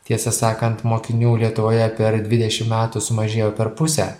tiesą sakant mokinių lietuvoje per dvidešim metų sumažėjo per pusę